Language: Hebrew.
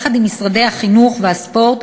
יחד עם משרדי החינוך והספורט,